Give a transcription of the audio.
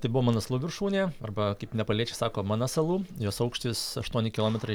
tai buvo manaslu viršūnė arba kaip nepaliečiai sako manasalu jos aukštis aštuoni kilometrai